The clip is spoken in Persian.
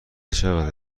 چقدر